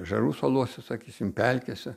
ežerų salose sakysim pelkėse